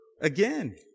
again